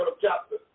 chapter